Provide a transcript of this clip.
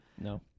No